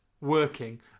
working